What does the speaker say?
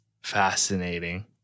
fascinating